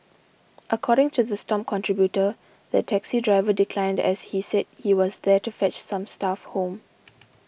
according to the Stomp contributor the taxi driver declined as he said he was there to fetch some staff home